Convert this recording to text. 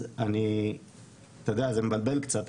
אתה יודע, זה קצת מבלבל.